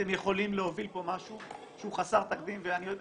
אתם יכולים להוביל פה משהו שהוא חסר תקדים.